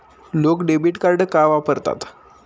लोक debit card का वापरतात?